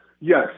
Yes